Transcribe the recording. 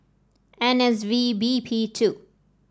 N S V B P two